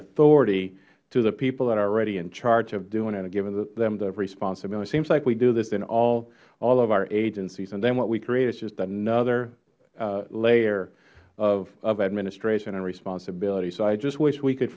authority to the people that are already in charge of doing it giving them the responsibility it seems like we do this in all of our agencies and then what we create is just another layer of administration and responsibility so i just wish we could